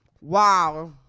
Wow